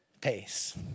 pace